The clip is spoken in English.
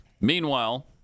Meanwhile